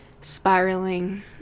spiraling